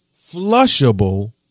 flushable